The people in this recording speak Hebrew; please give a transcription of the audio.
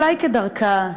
אולי כדרכה,